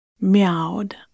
meowed